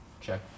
check